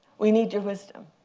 we need your wisdom.